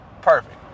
perfect